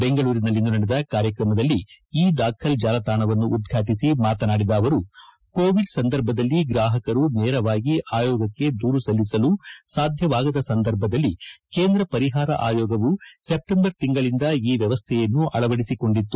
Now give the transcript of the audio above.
ಬೆಂಗಳೂರಿನಲ್ಲಿಂದು ನಡೆದ ಕಾರ್ಯಕ್ರಮದಲ್ಲಿ ಇ ದಾಖಲ್ ಚಾಲತಾಣವನ್ನು ಉದ್ರಾಟಿಸಿ ಮಾತನಾಡಿದ ಅವರು ಕೋವಿಡ್ ಸಂದರ್ಭದಲ್ಲಿ ಗ್ರಾಪಕರು ನೇರವಾಗಿ ಆಯೊಗಕ್ಷೆ ದೂರು ಸಲ್ಲಿಸಲು ಸಾಧ್ಯವಾಗದ ಸಂದರ್ಭದಲ್ಲಿ ಕೇಂದ್ರ ಪರಿಹಾರ ಆಯೋಗವು ಸೆಪ್ಸೆಂಬರ್ ತಿಂಗಳಿನಿಂದ ಈ ವ್ಯವಸ್ಥೆಯನ್ನು ಅಳವಡಿಸಿಕೊಂಡಿತ್ತು